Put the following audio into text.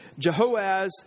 Jehoaz